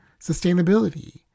sustainability